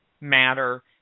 matter